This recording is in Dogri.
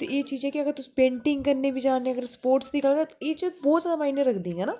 ते एह् चीज ऐ कि अगर तुस पेंटिंग करने गी बी जारने अगर स्पोर्टस गल्ल एहदे च बहुत ज्यादा माइने रखदियां